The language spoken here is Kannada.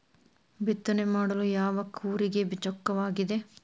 ಬಿತ್ತನೆ ಮಾಡಲು ಯಾವ ಕೂರಿಗೆ ಚೊಕ್ಕವಾಗಿದೆ?